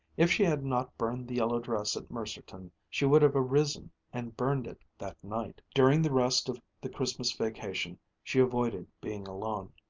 if she had not burned the yellow dress at mercerton, she would have arisen and burned it that night. during the rest of the christmas vacation she avoided being alone.